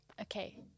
okay